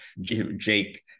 Jake